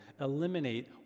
eliminate